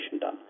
done